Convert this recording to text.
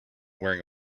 wearing